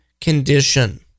condition